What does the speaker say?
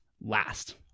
last